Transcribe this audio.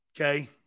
Okay